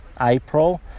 April